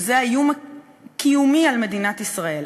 זה איום קיומי על מדינת ישראל.